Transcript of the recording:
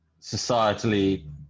societally